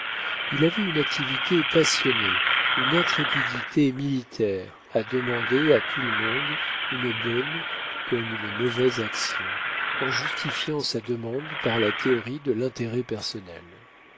il avait une activité passionnée une intrépidité militaire à demander à tout le monde une bonne comme une mauvaise action en justifiant sa demande par la théorie de l'intérêt personnel